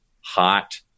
hot